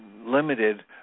limited